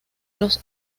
los